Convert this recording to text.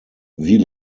wie